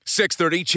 630